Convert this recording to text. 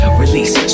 release